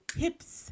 hips